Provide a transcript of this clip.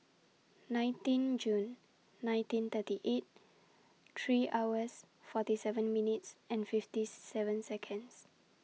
nineteen June nineteen thirty eight three hours forty seven minutes and fifty seven Seconds